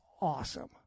awesome